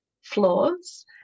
flaws